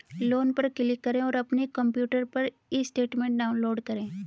loan पर click करें और अपने कंप्यूटर पर ई स्टेटमेंट डाउनलोड करें